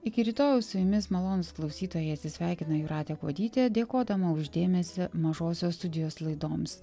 iki rytojaus su jumis malonūs klausytojai atsisveikina jūratė kuodytė dėkodama už dėmesį mažosios studijos laidoms